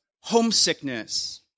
homesickness